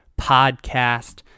podcast